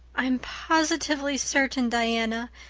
i'm positively certain, diana,